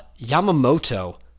Yamamoto